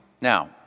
Now